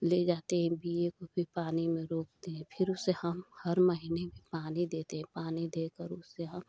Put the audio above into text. ले जाते हैं हम बीए को फ़िर पानी में रोपते हैं फ़िर उसे हम हर महीने में पानी देते हैं पानी देकर उसे हम